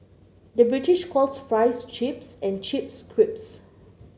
the British calls fries chips and chips crisps